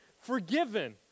forgiven